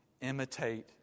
imitate